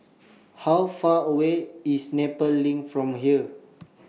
How Far away IS Nepal LINK from here